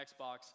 Xbox